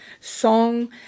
song